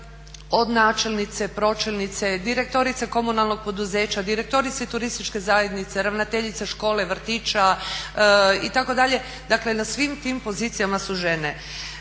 od načelnice, pročelnice, direktorice komunalnog poduzeća, direktorice turističke zajednice, ravnateljice škole, vrtića itd. dakle na svim tim pozicijama su žene.